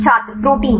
छात्र प्रोटीन